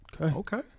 Okay